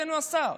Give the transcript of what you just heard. אדוני השר?